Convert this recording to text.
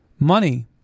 Money